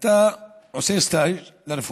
אתה עושה סטאז' ברפואה,